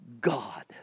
God